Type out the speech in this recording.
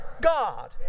God